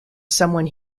someone